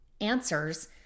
answers